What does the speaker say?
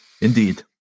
indeed